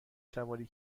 سواری